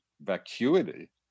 vacuity